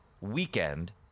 weekend